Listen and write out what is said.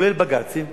כולל בג"צים,